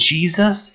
Jesus